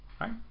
right